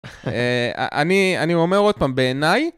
אני אני אומר עוד פעם, בעיניי...